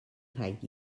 rhaid